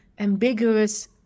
ambiguous